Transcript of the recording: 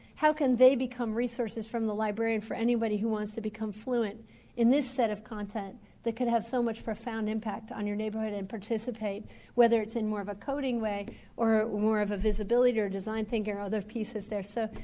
how can they become resources from the librarian for anybody who wants to become fluent in this set of content that could have so much profound impact on your neighborhood and participate whether it's in more of a coding way or more of a visibility or a design thinking there are other pieces there. so,